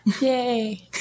Yay